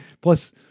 Plus